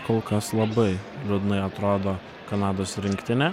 kol kas labai liūdnai atrodo kanados rinktinė